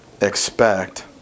expect